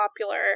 popular